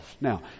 Now